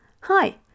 hi